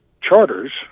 charters